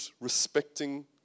respecting